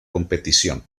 competición